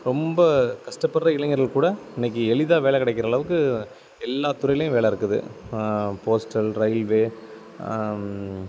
ரொம்ப கஷ்டப்படுற இளைஞர்கள் கூட இன்றைக்கி எளிதாக வேலை கிடைக்கிற அளவுக்கு எல்லா துறையிலும் வேலை இருக்குது போஸ்டல் ரயில்வே